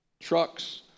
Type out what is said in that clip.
trucks